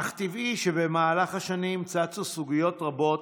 אך טבעי שבמהלך השנים צצו סוגיות רבות